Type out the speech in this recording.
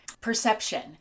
perception